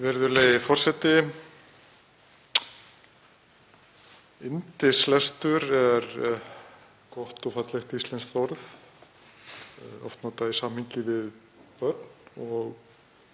Virðulegi forseti. Yndislestur er gott og fallegt íslenskt orð, oft notað í samhengi við börn og